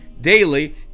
daily